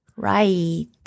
Right